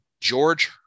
George